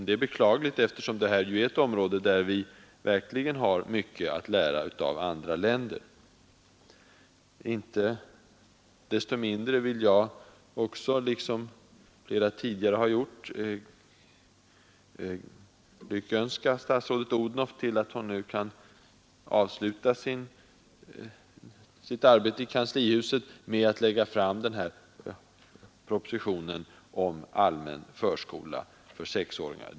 Det är beklagligt, eftersom det här är ett område där vi verkligen har mycket att lära av andra länder. Inte desto mindre vill jag — liksom flera tidigare talare gjort — lyckönska statsrådet Odhnoff till att hon kan avsluta sitt arbete i kanslihuset med att lägga fram den här propositionen om allmän förskola för sexåringar.